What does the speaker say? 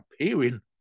appearing